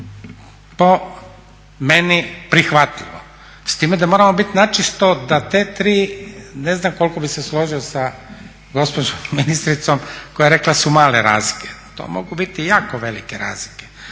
Po meni prihvatljivo s time da moramo biti načisto da te tri, ne znam koliko bi se složio sa gospođom ministricom koja je rekla da su mali razlike. To mogu biti jako velike razlike.